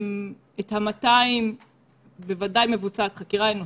לגבי ה-200 בוודאי מבוצעת חקירה אנושית,